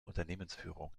unternehmensführung